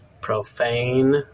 Profane